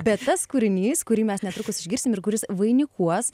bet tas kūrinys kurį mes netrukus išgirsim ir kuris vainikuos